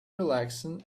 relaxing